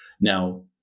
Now